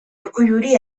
urkulluri